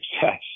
success